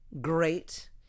great